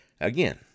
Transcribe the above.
Again